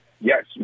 Yes